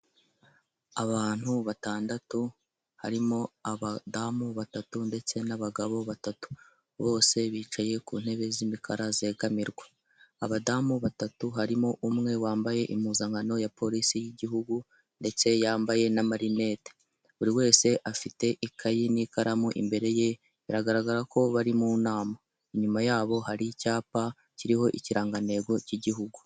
Abantu batandatu harimo abadamu batatu ndetse n'abagabo batatu, bose bicaye ku ntebe z'imikara zegamirwa, abadamu batatu harimo umwe wambaye impuzankano ya polisi y'igihugu ndetse yambaye n'amarinete, buri wese afite ikayi n'ikaramu imbere ye, biragaragara ko bari mu nama, inyuma yabo hari icyapa kiriho ikirangantego cy'igihugu.